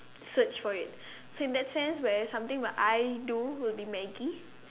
search for it so in that sense where something where I do will be Maggie